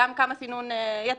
כמה סינון יתר.